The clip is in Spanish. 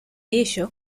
ello